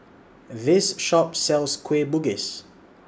This Shop sells Kueh Bugis